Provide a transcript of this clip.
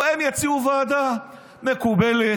הם יציעו ועדה מקובלת,